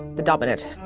the dominant.